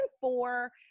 four